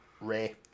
Ray